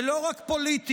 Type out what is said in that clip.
ולא רק פוליטיות,